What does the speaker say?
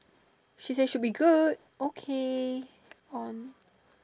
she say she'll be good okay on